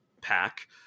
pack